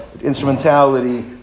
instrumentality